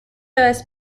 reste